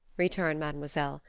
returned mademoiselle,